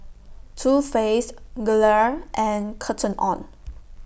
Too Faced Gelare and Cotton on